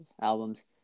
albums